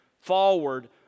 forward